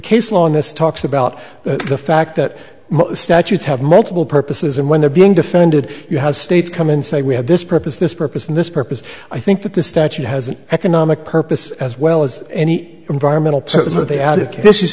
talks about the fact that statutes have multiple purposes and when they're being defended you have states come and say we have this purpose this purpose and this purpose i think that the statute has an economic purpose as well as any environmental that they advocate this is